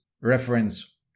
reference